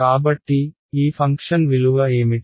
కాబట్టి ఈ ఫంక్షన్ విలువ ఏమిటి